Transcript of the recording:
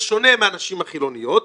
בשונה מהנשים החילוניות,